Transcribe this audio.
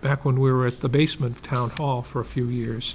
back when we were at the basement town hall for a few years